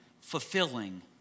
fulfilling